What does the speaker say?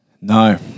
No